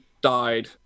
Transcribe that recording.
died